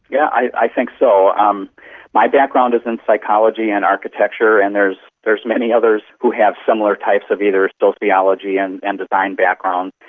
yeah i think so. um my background is in psychology and architecture, and there are many others who have similar types of either sociology and and design backgrounds,